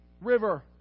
river